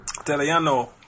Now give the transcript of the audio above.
Italiano